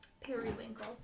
Periwinkle